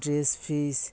ᱰᱨᱮ ᱥ ᱯᱷᱤᱥ